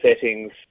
settings